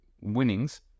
winnings